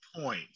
Point